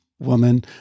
woman